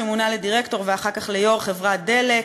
שמונה לדירקטור ואחר כך ליו"ר חברת "דלק",